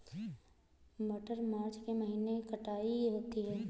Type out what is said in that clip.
मटर मार्च के महीने कटाई होती है?